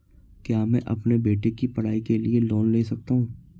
क्या मैं अपने बेटे की पढ़ाई के लिए लोंन ले सकता हूं?